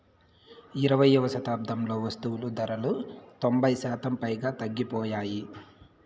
ఇరవైయవ శతాబ్దంలో వస్తువులు ధరలు తొంభై శాతం పైగా తగ్గిపోయాయి